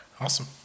Awesome